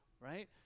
right